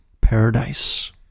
paradise